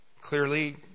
Clearly